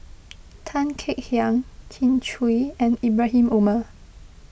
Tan Kek Hiang Kin Chui and Ibrahim Omar